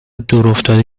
دورافتاده